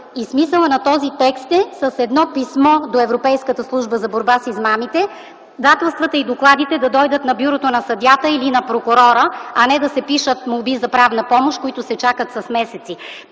Смисълът на този текст е с едно писмо до Европейската служба за борба с измамите доказателствата и докладите да дойдат на бюрото на съдията или на прокурора, а не да се пишат молби за правна помощ, които се чакат с месеци.